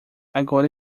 agora